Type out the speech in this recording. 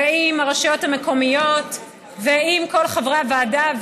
עם הרשויות המקומיות ועם כל חברי הוועדה.